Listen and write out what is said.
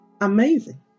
amazing